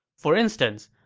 for instance,